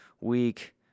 Week